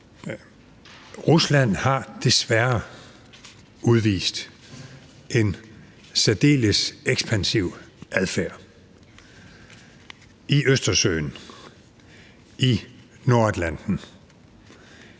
Rusland har desværre udvist en særdeles ekspansiv adfærd i Østersøen og i Nordatlanten. Vi skal